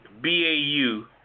B-A-U